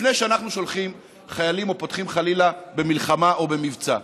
לפני שאנחנו שולחים חיילים או פותחים חלילה במלחמה או במבצע.